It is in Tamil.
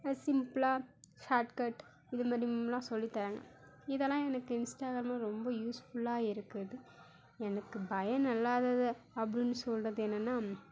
சிம்ப்ளாக ஷார்ட்கட் இது மாதிரிம்லாம் சொல்லி தராங்க இதெலாம் எனக்கு இன்ஸ்டாகிராமில் ரொம்ப யூஸ்ஃபுல்லாக இருக்குது எனக்கு பயம் அப்டின்னு சொல்லுறது என்னன்னா